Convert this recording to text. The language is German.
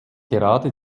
gerade